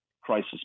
crisis